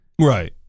Right